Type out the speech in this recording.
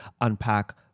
unpack